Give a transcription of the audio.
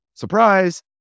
Surprise